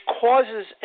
causes